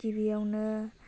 गिबियावनो